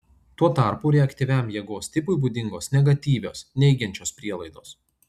tuo tarpu reaktyviam jėgos tipui būdingos negatyvios neigiančios prielaidos